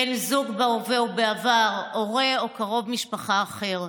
בן זוג בהווה או בעבר, הורה או קרוב משפחה אחר.